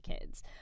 kids